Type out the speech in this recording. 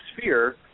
sphere